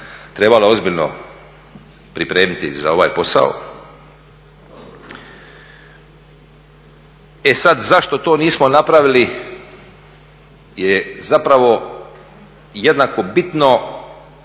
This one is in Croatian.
trebala ozbiljno pripremiti za ovaj posao. E sad, zašto to nismo napravili je zapravo jednako bitno